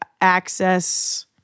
access